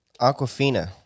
aquafina